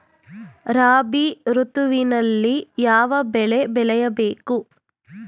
ರಾಬಿ ಋತುವಿನಲ್ಲಿ ಯಾವ ಬೆಳೆ ಬೆಳೆಯ ಬೇಕು?